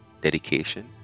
dedication